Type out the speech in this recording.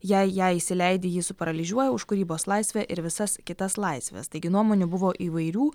jei ją įsileidi ji suparalyžiuoja už kūrybos laisvę ir visas kitas laisves taigi nuomonių buvo įvairių